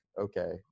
okay